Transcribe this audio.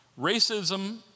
Racism